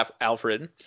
Alfred